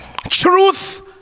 truth